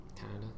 Canada